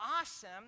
awesome